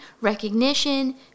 recognition